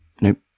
Nope